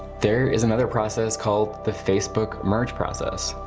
there is another process called the facebook merge process.